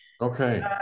Okay